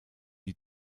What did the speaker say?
die